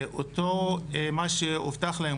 אותו מה שהובטח להם,